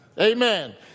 Amen